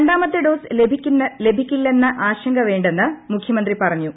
രണ്ടാമത്തെ ഡോസ് ലഭിക്കില്ലെന്ന ആശങ്ക് വേണ്ടെന്ന് മുഖ്യമന്ത്രി പറഞ്ഞു